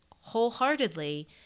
wholeheartedly